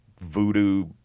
voodoo